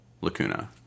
lacuna